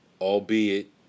Albeit